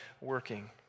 working